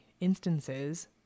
instances